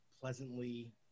pleasantly